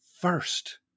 first